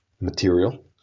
material